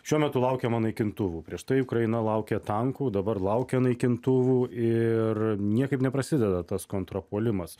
šiuo metu laukiama naikintuvų prieš tai ukraina laukė tankų dabar laukia naikintuvų ir niekaip neprasideda tas kontrapuolimas